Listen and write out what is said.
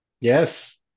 Yes